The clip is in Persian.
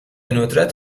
ندرت